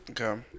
Okay